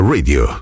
Radio